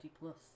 plus